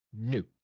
new